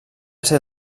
ser